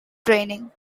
training